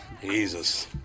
Jesus